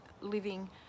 living